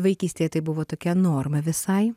vaikystėje tai buvo tokia norma visai